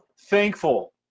thankful